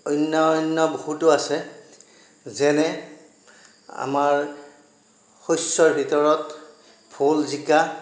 অন্য অন্য বহুতো আছে যেনে আমাৰ শস্যৰ ভিতৰত ভোল জিকা